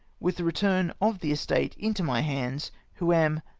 with the return of the estate into my hands, who am,